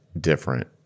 different